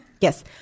Yes